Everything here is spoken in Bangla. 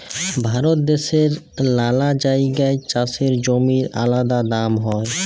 ভারত দ্যাশের লালা জাগায় চাষের জমির আলাদা দাম হ্যয়